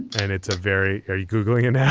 and it's a very. are you googling it?